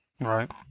right